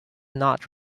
not